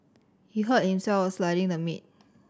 he hurt himself while slicing the meat